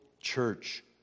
church